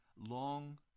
Long